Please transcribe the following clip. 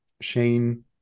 Shane